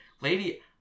lady